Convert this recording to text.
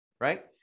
right